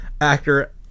actor